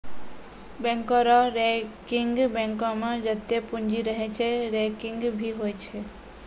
बैंको रो रैंकिंग बैंको मे जत्तै पूंजी रहै छै रैंकिंग भी होय छै